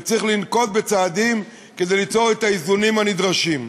וצריך לנקוט צעדים כדי ליצור את האיזונים הנדרשים.